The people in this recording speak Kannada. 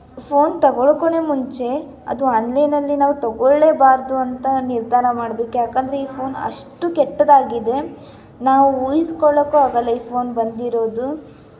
ಫೋನ್ ತಗೊಳೋಕೂನೆ ಮುಂಚೆ ಅದು ಆನ್ಲೈನಲ್ಲಿ ನಾವು ತಗೊಳ್ಳೇಬಾರದು ಅಂತ ನಿರ್ಧಾರ ಮಾಡ್ಬೇಕು ಯಾಕಂದರೆ ಈ ಫೋನ್ ಅಷ್ಟು ಕೆಟ್ಟದಾಗಿದೆ ನಾವು ಊಹಿಸ್ಕೊಳ್ಳೋಕ್ಕೂ ಆಗೋಲ್ಲ ಈ ಫೋನ್ ಬಂದಿರೋದು